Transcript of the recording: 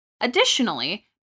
additionally